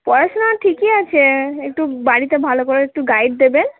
পড়াশোনা ঠিকই আছে একটু বাড়িতে ভালো করে একটু গাইড দেবেন